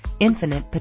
infinite